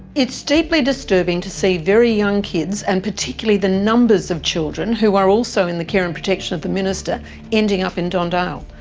it's deeply disturbing to see very young kids and particularly the numbers of children who are also in the care and protection of the minister ending up in don dale.